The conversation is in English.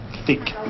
thick